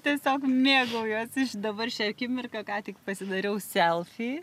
tiesiog mėgaujuosi dabar šią akimirką ką tik pasidariau selfį